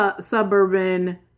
suburban